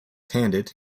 handed